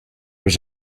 was